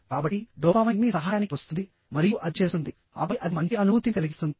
కాబట్టి డోపామైన్ మీ సహాయానికి వస్తుంది మరియు అది చేస్తుంది ఆపై అది మంచి అనుభూతిని కలిగిస్తుంది